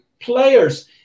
players